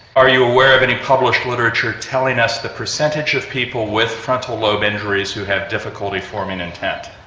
are you aware of any published literature telling us the percentage of people with frontal lobe injuries who have difficulty forming intent?